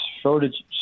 shortages